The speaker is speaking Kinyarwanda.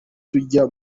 tujya